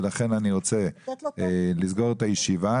לכן אני רוצה לסגור את הישיבה.